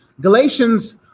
Galatians